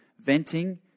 venting